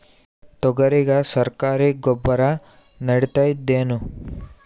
ತೊಗರಿಗ ಸರಕಾರಿ ಗೊಬ್ಬರ ನಡಿತೈದೇನು?